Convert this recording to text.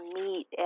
meet